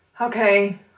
okay